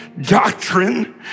doctrine